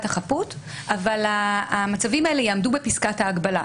החפות אבל המצבים האלה יעמדו בפסקת ההגבלה.